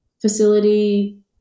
facility